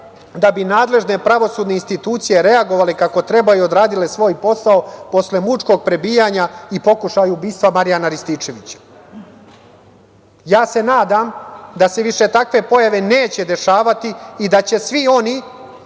da bi nadležne pravosudne institucije reagovale kako treba i odradile svoj posao posle mučkog prebijanja i pokušaja ubistva Marijana Rističevića. Ja se nadam da se više takve pojave neće dešavati i da će svi oni